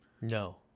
No